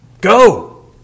Go